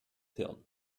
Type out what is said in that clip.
hirn